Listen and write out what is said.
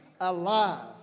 Alive